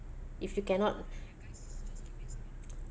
if you cannot